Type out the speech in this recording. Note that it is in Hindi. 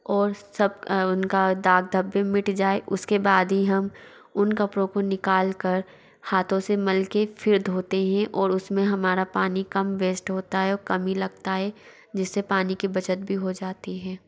और सब उनका दाग धब्बे मिट जाए उसके बाद ही हम उन कपड़ों को निकालकर हाथों से मल के फिर धोते हैं और उसमें हमारा पानी कम वेस्ट होता है कम ही लगता है जिससे पानी की बचत भी हो जाती है